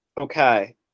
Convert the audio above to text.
Okay